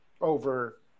over